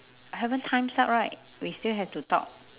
haven't time's up right we still have to talk